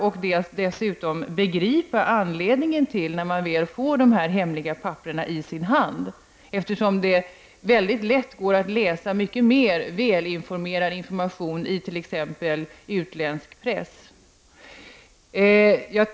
Och det är dessutom svårt att begripa anledningen till denna hemligstämpling när man väl får de här hemliga pappren i sin hand, eftersom det väldigt lätt går att läsa mycket mer välinformerad rapportering i t.ex. utländsk press.